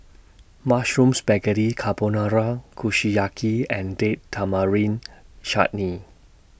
Mushroom Spaghetti Carbonara Kushiyaki and Date Tamarind Chutney